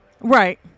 Right